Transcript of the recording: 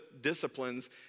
disciplines